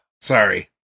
Sorry